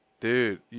dude